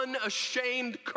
unashamed